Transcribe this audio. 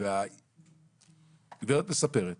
והגברת מספרת